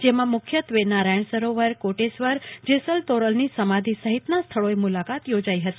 જેમાં મુખ્યત્વે નારાયણ સરોવરકોટેસ્વરજેસલ તોરલની સમાધિ સહિતના સ્થળોએ મુલાકાત યોજાઈ હતી